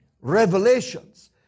revelations